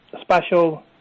special